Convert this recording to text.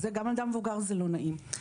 גם לאדם מבוגר זה לא נעים.